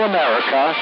America